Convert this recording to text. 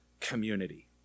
community